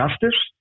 justice